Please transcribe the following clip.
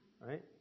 right